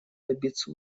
добиться